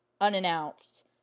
unannounced